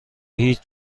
هیچ